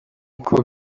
uko